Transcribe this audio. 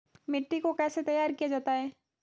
मिट्टी को कैसे तैयार किया जाता है?